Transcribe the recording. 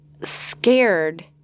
scared